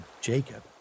Jacob